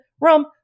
rum